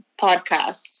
podcasts